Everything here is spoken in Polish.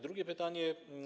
Drugie pytanie.